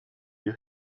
you